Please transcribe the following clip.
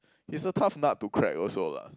he's a tough nut to crack also lah